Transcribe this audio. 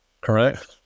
correct